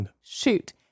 Shoot